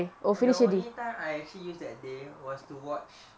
the only time I actually use that day was to watch